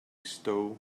stow